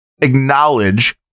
acknowledge